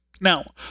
Now